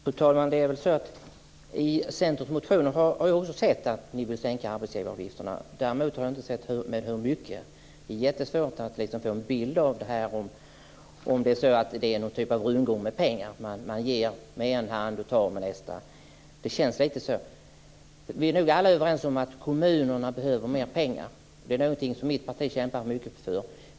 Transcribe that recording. Fru talman! Det framgår av Centerns motioner att ni vill sänka arbetsgivaravgifterna. Däremot framgår det inte med hur mycket. Det är jättesvårt att få en bild av detta, om det är fråga om en rundgång med pengar, att man ger med ena handen och tar tillbaka med den andra. Det känns lite så. Vi är nog alla överens om att kommunerna behöver mer pengar, någonting som mitt parti kämpar mycket för.